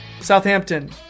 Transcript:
Southampton